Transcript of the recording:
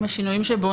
עם השינויים שבו,